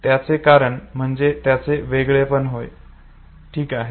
याचे कारण म्हणजे त्याचे वेगळेपण होय ठीक आहे